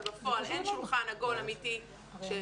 אבל בפועל אין שולחן עגול אמיתי שעד